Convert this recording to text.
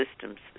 system's